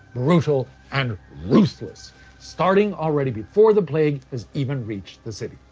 brutal, and ruthless starting already before the plague has even reached the city.